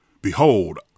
Behold